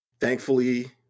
thankfully